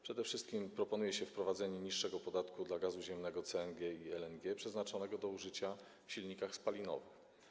Przede wszystkim proponuje się wprowadzenie niższego podatku dla gazu ziemnego CNG i LNG przeznaczonego do użycia w silnikach spalinowych.